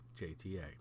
JTA